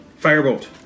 Firebolt